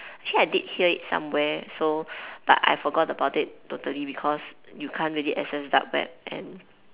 actually I did hear it somewhere so but I forgot it totally because you can't really access dark web